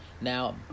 Now